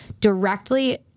directly